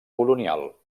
colonial